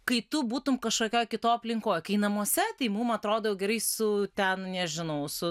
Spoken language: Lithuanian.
kai tu būtum kažkokioj kitoj aplinkoj kai namuose tai mum atrodo jau gerai su ten nežinau su